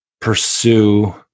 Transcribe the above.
pursue